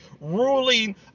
ruling